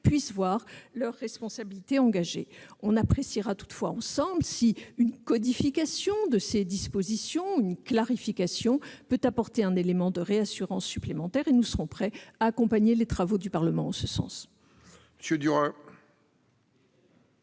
puissent voir leur responsabilité engagée. Nous apprécierons toutefois ensemble si une codification ou une clarification de ces dispositions peut apporter un élément de réassurance supplémentaire. Nous serons prêts à accompagner les travaux du Parlement en ce sens.